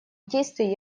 действий